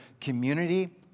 community